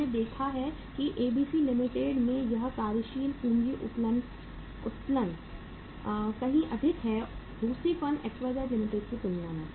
हमने देखा है कि एबीसी लिमिटेड में यह कार्यशील पूंजी उत्तोलन कहीं अधिक है दूसरी फर्म XYZ लिमिटेड की तुलना में